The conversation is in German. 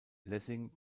lessing